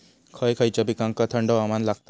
खय खयच्या पिकांका थंड हवामान लागतं?